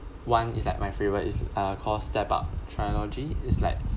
one is like my favourite is uh called step up trilogy is like